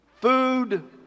food